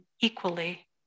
equally